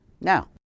Now